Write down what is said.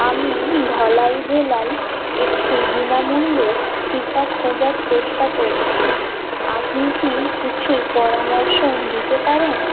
আমি ধলাই জেলায় একটি বিনামূল্যের টিকা খোঁজার চেষ্টা করছি আপনি কি কিছু পরামর্শ দিতে পারেন